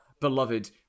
beloved